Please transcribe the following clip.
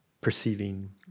perceiving